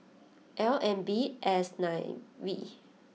L N B S nine V